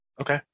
Okay